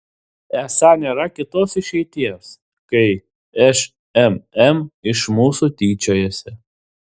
esą nėra kitos išeities kai šmm iš mūsų tyčiojasi